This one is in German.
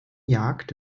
jagd